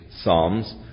psalms